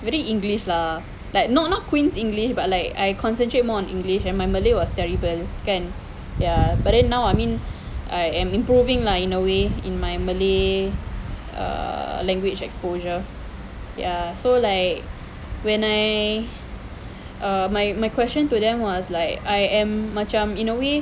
very english lah like not not queens english but like I concentrate more on english and my malay was terrible kan ya but then now I mean I am improving lah in a way in my malay err language exposure ya so like when I err my my question to them was like I am macam in a way